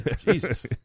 Jesus